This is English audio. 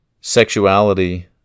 sexuality